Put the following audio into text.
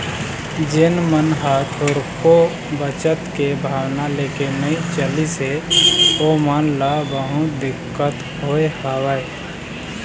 जेन मन ह थोरको बचत के भावना लेके नइ चलिस हे ओमन ल बहुत दिक्कत होय हवय